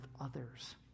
others